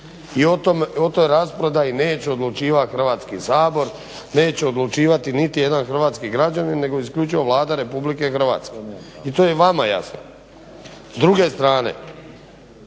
i o toj rasprodaji neće odlučivati Hrvatski sabor, neće odlučivati niti jedan hrvatski građanin nego isključivo Vlada Republike Hrvatske. I to je vama jasno. S druge strane